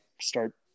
start